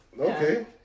Okay